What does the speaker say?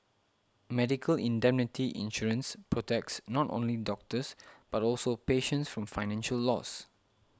medical indemnity insurance protects not only doctors but also patients from financial loss